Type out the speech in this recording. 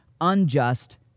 unjust